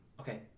Okay